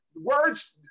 words